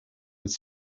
with